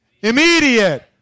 immediate